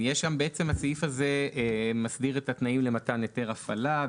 הסעיף הזה מסדיר את התנאים למתן היתר הפעלה.